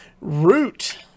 Root